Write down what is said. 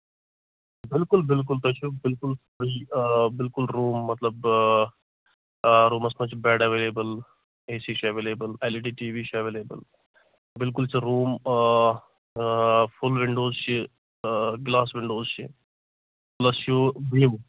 بِلکُل بِلکُل تۄہہِ چھِو بِلکُل بِلکُل روٗم مطلب بہٕ روٗمَس منٛز چھِ بیٚڑ ایٚولیبٕل اے سی چھُ available L E D TV چھُ ایٚولیبٕل بِلکُل چھُ روٗم فُل وِنڈوز چھِ گِلاس وِنڈوز چھِ پٕلس چھِ وِیٚو